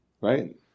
Right